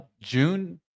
June